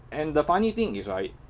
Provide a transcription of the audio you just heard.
and the funny thing is right